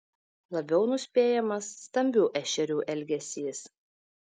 labiau nuspėjamas stambių ešerių elgesys